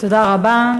תודה רבה.